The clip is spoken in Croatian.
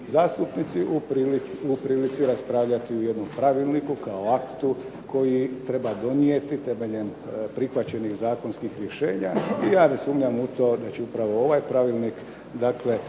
zastupnici u prilici raspravljati o jednom pravilniku kao aktu koji treba donijeti temeljem prihvaćenih zakonskih rješenja. I ja ne sumnjam u to da će upravo ovaj pravilnik, dakle